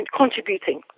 contributing